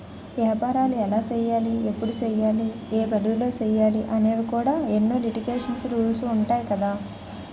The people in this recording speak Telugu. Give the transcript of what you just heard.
ఏపారాలు ఎలా సెయ్యాలి? ఎప్పుడు సెయ్యాలి? ఏ పరిధిలో సెయ్యాలి అనేవి కూడా ఎన్నో లిటికేషన్స్, రూల్సు ఉంటాయి కదా